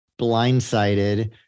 Blindsided